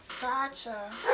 Gotcha